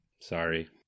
Sorry